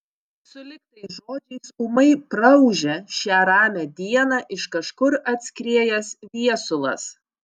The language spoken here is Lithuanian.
sulig tais žodžiais ūmai praūžė šią ramią dieną iš kažkur atskriejęs viesulas